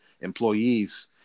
employees